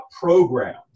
programs